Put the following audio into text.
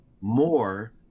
more